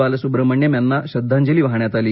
बालसुब्रमण्यम यांना श्रद्धांजली वाहण्यात आली